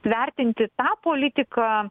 vertinti tą politiką